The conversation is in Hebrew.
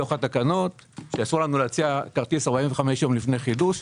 שבתקנות יש מגבלה שאסור לנו להציע כרטיס 45 ימים לפני חידוש.